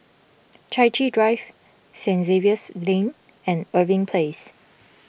Chai Chee Drive Saint Xavier's Lane and Irving Place